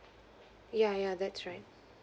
yeah yeah that's right